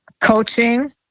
coaching